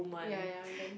ya ya then